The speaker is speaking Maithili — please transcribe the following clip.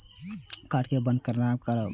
कार्ड के बन्द केना करब?